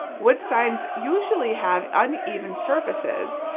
wood signs usually have uneven surfaces,